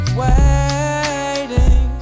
waiting